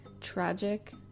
tragic